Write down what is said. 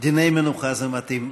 דיני מנוחה זה מתאים.